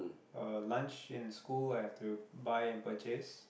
uh lunch in school I have to buy and purchase